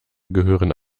gehören